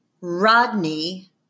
Rodney